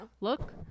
look